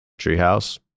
Treehouse